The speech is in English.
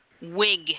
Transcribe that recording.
Wig